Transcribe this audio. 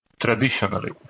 Traditionally